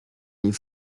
les